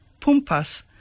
pumpas